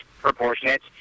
proportionate